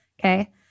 Okay